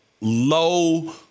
low